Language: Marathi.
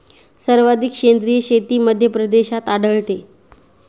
सर्वाधिक सेंद्रिय शेती मध्यप्रदेशात आढळते